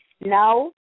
Now